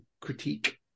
critique